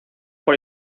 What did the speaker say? por